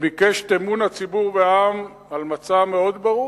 וביקש את אמון הציבור והעם על מצע מאוד ברור,